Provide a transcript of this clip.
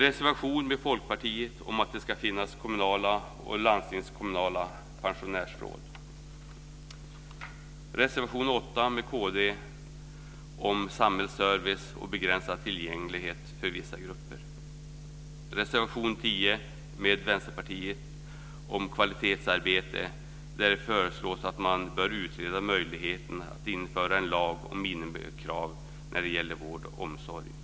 Reservation 7 tillsammans med Folkpartiet handlar om att det ska finnas kommunala och landstingskommunala pensionärsråd. Reservation 8 tillsammans med kd handlar om samhällsservice och begränsad tillgänglighet för vissa grupper. Reservation 10 tillsammans med Vänsterpartiet handlar om kvalitetsarbete. Där föreslås att möjligheten att införa en lag om minimikrav när det gäller vård och omsorg utreds.